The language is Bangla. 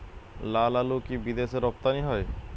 লালআলু কি বিদেশে রপ্তানি হয়?